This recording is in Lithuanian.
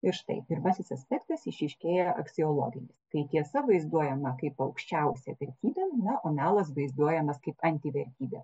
ir štai pirmasis aspektas išryškėja aksiologiniu kai tiesa vaizduojama kaip aukščiausia vertybė na o melas vaizduojamas kaip antivertybė